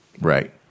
Right